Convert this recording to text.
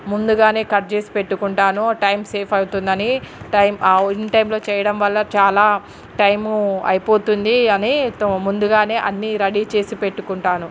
ముందుగానే కట్ చేసి పెట్టుకుంటాను టైం సేఫ్ అవుతుందని టైం ఇన్టైమ్లో చేయడం వల్ల చాలా టైము అయిపోతుంది అని తో ముందుగానే అన్ని రెడీ చేసి పెట్టుకుంటాను